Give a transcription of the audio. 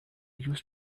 used